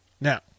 Now